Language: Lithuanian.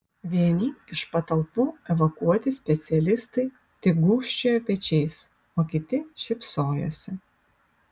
vieni iš patalpų evakuoti specialistai tik gūžčiojo pečiais o kiti šypsojosi